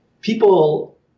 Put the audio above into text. people